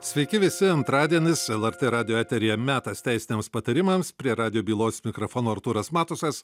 sveiki visi antradienis lrt radijo eteryje metas teisiniams patarimams prie radijo bylos mikrofono artūras matusas